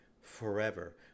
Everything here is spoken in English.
forever